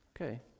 Okay